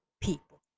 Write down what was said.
people